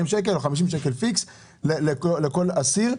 40 או 50 שקלים פיקס לכל אסיר.